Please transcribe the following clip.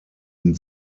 ihn